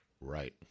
Right